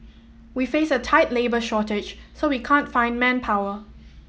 we face a tight labour shortage so we can't find manpower